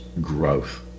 growth